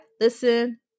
Listen